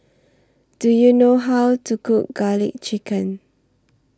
Do YOU know How to Cook Garlic Chicken